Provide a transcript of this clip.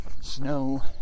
snow